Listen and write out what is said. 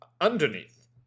underneath